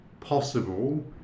possible